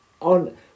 on